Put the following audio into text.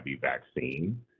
vaccine